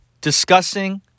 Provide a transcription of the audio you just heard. discussing